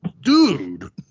dude